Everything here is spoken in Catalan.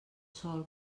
sol